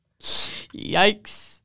Yikes